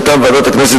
מטעם ועדת הכנסת,